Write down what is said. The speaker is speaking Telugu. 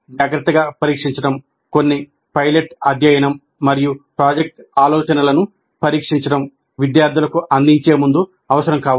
జాగ్రత్తగా పరీక్షించడం కొన్ని పైలట్ అధ్యయనం మరియు ప్రాజెక్ట్ ఆలోచనలను పరీక్షించడం విద్యార్థులకు అందించే ముందు అవసరం కావచ్చు